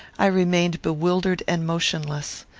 i remained bewildered and motionless.